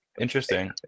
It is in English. interesting